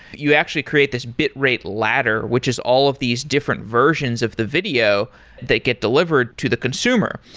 you actually create this bitrate ladder, which is all of these different versions of the video that get delivered to the consumer.